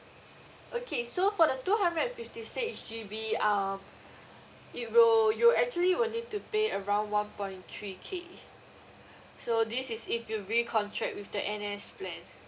okay so for the two hundred and fifty six G_B um it will you'll actually will need to pay around one point three K so this is if you recontract with that N_S plan